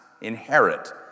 inherit